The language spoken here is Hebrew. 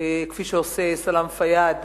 כפי שעושה סלאם פיאד